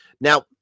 Now